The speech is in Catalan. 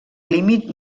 límit